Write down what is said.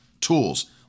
tools